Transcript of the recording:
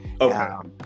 okay